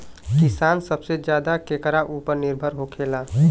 किसान सबसे ज्यादा केकरा ऊपर निर्भर होखेला?